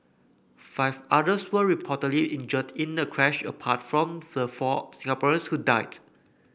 five others were reportedly injured in the crash apart from the four Singaporeans who died